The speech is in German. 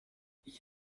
ich